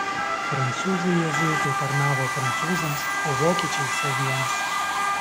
prancūzai jėzuitai tarnavo prancūzams o vokiečiai saviems